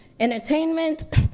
Entertainment